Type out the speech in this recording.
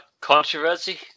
controversy